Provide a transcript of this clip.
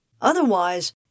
Otherwise